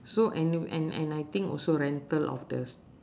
so and and and I think also rental of the